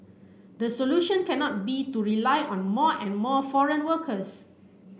the solution cannot be to rely on more and more foreign workers